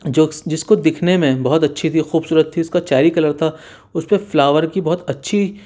jokes جس کو دکھنے میں بہت اچھی تھی خوبصورت تھی اس کا چیری کلر تھا اس پہ فلاور کی بہت اچھی